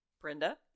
Brenda